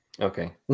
Okay